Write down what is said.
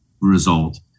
result